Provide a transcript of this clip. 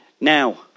Now